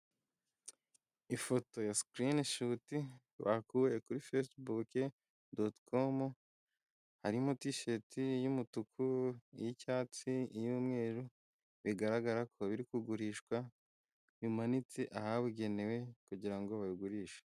Ifoto ya sikirinishuti bakuye kuri fesibuku donti komu harimo tisheti y'umutuku, iy'iycyatsi, iy'umweru bigaragara ko biri kugurishwa bimanitse ahabugenewe kugirango babigurishe.